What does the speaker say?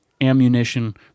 ammunition